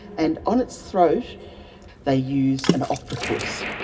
and on its throat they use an octopus,